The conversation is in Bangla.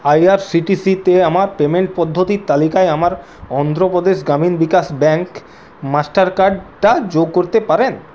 আইআরসিটিসিতে আমার পেমেন্ট পদ্ধতির তালিকায় আমার অন্ধ্রপ্রদেশ গ্রামীণ বিকাশ ব্যাঙ্ক মাস্টার কার্ডটা যোগ করতে পারেন